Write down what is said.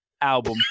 album